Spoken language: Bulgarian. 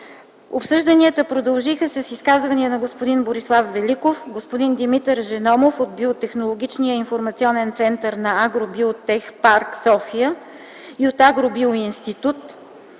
Обсъжданията продължиха с изказвания на господин Борислав Великов, господин Димитър Женомов от Биотехнологичния информационен център на „Агробиотехпарк” – София, и от „АгроБиоИнститут”,